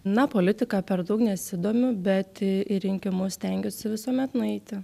na politika per daug nesidomiu bet į į rinkimus stengiuosi visuomet nueiti